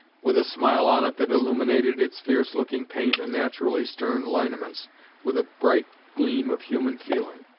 with a smile on it that illuminated its fierce-looking paint and naturally stern lineaments with a bright gleam of human feeling,